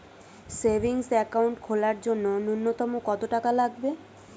Savings account খোলার জন্য নূন্যতম কত টাকা লাগবে?